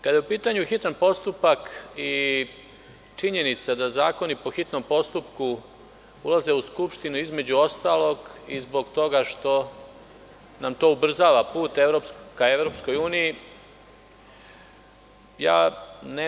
Kada je u pitanju hitan postupak i činjenica da zakoni po hitnom postupku ulaze u Skupštinu između ostalog i zbog toga što nam to ubrzava put ka Evropskoj Uniji.